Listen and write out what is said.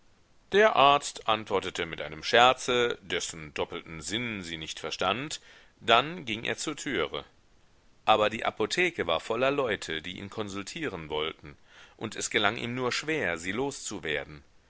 der arzt antwortete mit einem scherze dessen doppelten sinn sie nicht verstand dann ging er zur türe aber die apotheke war voller leute die ihn konsultieren wollten und es gelang ihm nur schwer sie loszuwerden